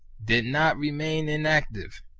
did not remain inac tive.